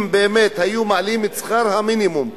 אם באמת היו מעלים את שכר המינימום ל-60%,